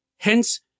Hence